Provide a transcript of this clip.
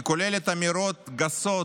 היא כוללת אמירות גסות